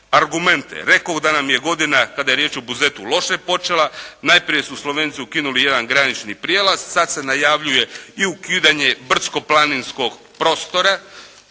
argumente. Rekoh da nam je godina kada je riječ o Buzetu loše počela. Najprije su Slovenci ukinuli jedan granični prijelaz. Sad se najavljuje i ukidanje brdsko-planinskog prostora,